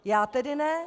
Já tedy ne!